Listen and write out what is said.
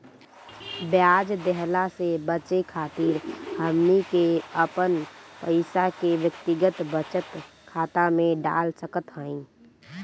ब्याज देहला से बचे खातिर हमनी के अपन पईसा के व्यक्तिगत बचत खाता में डाल सकत हई